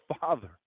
Father